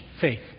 faith